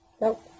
Nope